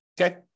Okay